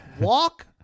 walk